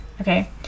okay